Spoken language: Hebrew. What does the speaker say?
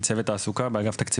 תומר שרים, הנוער העובד